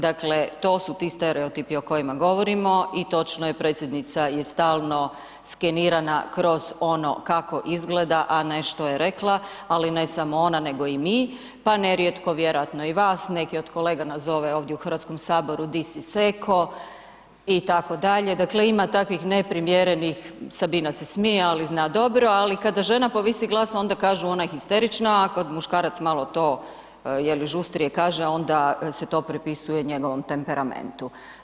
Dakle, to su ti stereotipi o kojima govorimo i točno je predsjednica stalno skenirana kroz ono kako izgleda, a ne što je rekla, ali ne samo ona nego i mi, pa nerijetko vjerojatno i vas neki od kolega nazove ovdje u HS-u di si seko, itd., dakle ima takvih neprimjerenih, Sabina se smije, ali zna dobro, ali kada žena povisi glas, ona je histerična, ali kad muškarac malo to, je li, žustrije kaže, onda se to se pripisuje njegovom temperamentu.